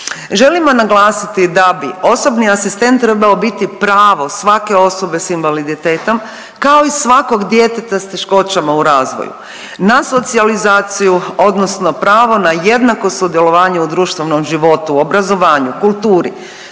Želimo naglasiti da bi osobni asistent trebao biti pravo svake osobe s invaliditetom kao i svakog djeteta s teškoćama u razvoju, na socijalizaciju odnosno pravo na jednako sudjelovanje u društvenom životu, obrazovanju, kulturi,